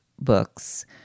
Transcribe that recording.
books